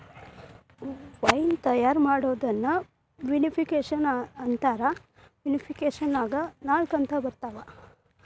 wine ತಯಾರ್ ಮಾಡೋದನ್ನ vinification ಅಂತ ಕರೇತಾರ, ವಿನಿಫಿಕೇಷನ್ನ್ಯಾಗ ನಾಲ್ಕ ಹಂತ ಇರ್ತಾವ